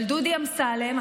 אבל דודי אמסלם,